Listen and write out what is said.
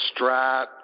strat